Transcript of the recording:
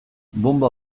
bonba